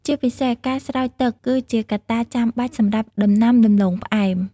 ជាពិសេស ការស្រោចទឹក គឺជាកត្តាចាំបាច់សម្រាប់ដំណាំដំឡូងផ្អែម។